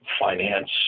finance